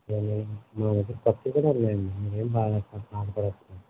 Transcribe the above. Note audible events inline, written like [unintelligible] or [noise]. [unintelligible] మా దగ్గర తక్కువ ధరే లేండి మీరు బాధపడ బాధపడక్కర్లేదు